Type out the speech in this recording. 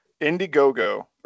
IndieGoGo